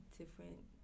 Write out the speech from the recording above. different